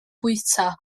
bwyta